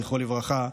זכרו לברכה,